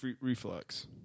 reflex